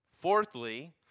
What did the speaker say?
Fourthly